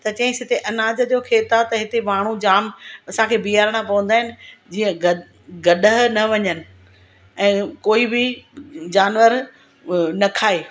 त चंई सुठे अनाज जो खेत आहे त हिते माण्हू जाम असांखे बीहारणा पोहंदा आहिनि जीअं गद गॾह न वञनि ऐं कोई बि जानवर उ न खाए